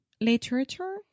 Literature